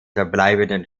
verbleibenden